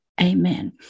Amen